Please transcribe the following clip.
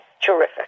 terrific